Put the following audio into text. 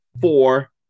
four